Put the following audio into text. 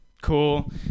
Cool